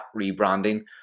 rebranding